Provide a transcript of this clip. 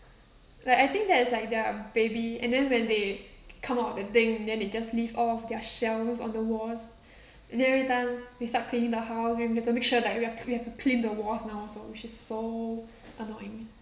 like I think that is like their baby and then when they come out of that thing then they just leave off their shells on the walls then every time we start cleaning the house then we have to make sure that we have we have to clean the walls now also so which is so annoying